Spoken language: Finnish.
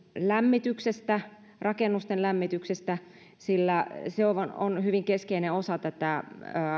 lämmityksestä rakennusten lämmityksestä sillä se on hyvin keskeinen osa tätä